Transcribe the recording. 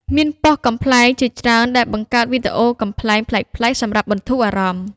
មានប៉ុស្តិ៍កំប្លែងជាច្រើនដែលបង្កើតវីដេអូកំប្លែង ប្លែកៗ សម្រាប់បន្ធូរអារម្មណ៍។